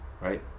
right